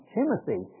Timothy